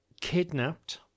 kidnapped